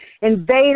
Invade